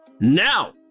Now